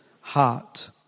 heart